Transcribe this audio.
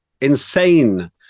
insane